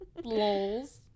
Lols